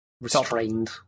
restrained